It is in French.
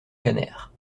canner